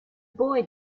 boy